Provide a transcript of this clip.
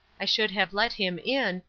i should have let him in,